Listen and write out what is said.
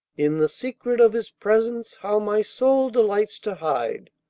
in the secret of his presence how my soul delights to hide!